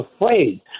afraid